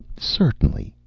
certainly,